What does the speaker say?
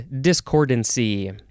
discordancy